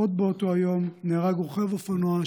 עוד באותו היום נהרג רוכב אופנוע,